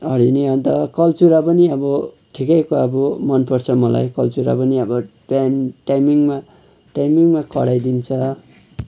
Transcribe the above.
हरिणी अन्त कलचौँडा पनि अब ठिकैको अब मनपर्छ मलाई कलचौँडा पनि बिहान टाइमिङमा टाइमिङमा कराइदिन्छ